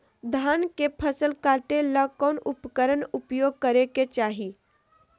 धान के फसल काटे ला कौन उपकरण उपयोग करे के चाही?